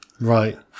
right